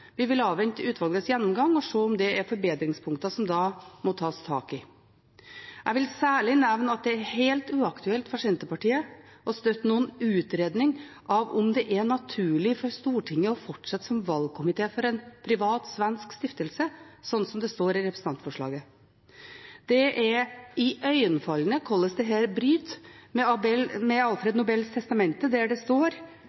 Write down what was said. Vi vil avvente utvalgets gjennomgang og se om det er forbedringspunkter som da må tas tak i. Jeg vil særlig nevne at det er helt uaktuelt for Senterpartiet å støtte noen utredning av om det er naturlig for Stortinget å fortsette som valgkomité for «en privat svensk stiftelse», som det står i representantforslaget. Det er iøynefallende hvordan dette bryter med